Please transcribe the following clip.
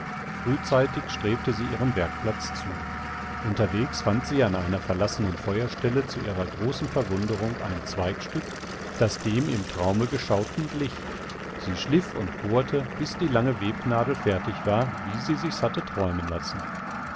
frühzeitig strebte sie ihrem werkplatz zu unterwegs fand sie an einer verlassenen feuerstelle zu ihrer großen verwunderung ein zweigstück das dem im traume geschauten glich sie schliff und bohrte bis die lange webnadel fertig war wie sie sich's hatte träumen lassen